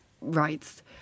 rights